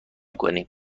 کنیم